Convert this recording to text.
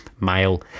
male